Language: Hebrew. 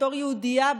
בתור יהודייה,